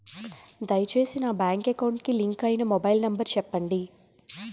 దయచేసి నా bank account కి లింక్ అయినా మొబైల్ నంబర్ చెప్పండి